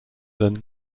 than